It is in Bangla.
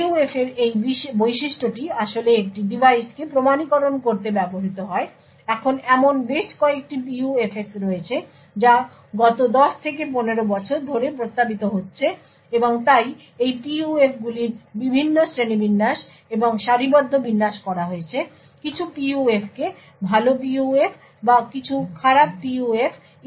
সুতরাং PUF এর এই বৈশিষ্ট্যটি আসলে একটি ডিভাইসকে প্রমাণীকরণ করতে ব্যবহৃত হয় এখন এমন বেশ কয়েকটি PUFS রয়েছে যা গত 10 থেকে 15 বছর ধরে প্রস্তাবিত হচ্ছে এবং তাই এই PUFগুলির বিভিন্ন শ্রেণীবিন্যাস এবং সারিবদ্ধ বিন্যাস করা হয়েছে কিছু PUF কে ভাল PUF বা কিছু খারাপ PUF ইত্যাদি হিসাবে চিহ্নিত করতে